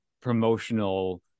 promotional